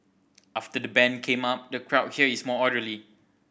after the ban came up the crowd here is more orderly